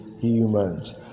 humans